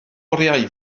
oriau